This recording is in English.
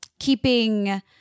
keeping